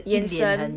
眼神